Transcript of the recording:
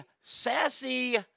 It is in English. sassy